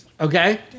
Okay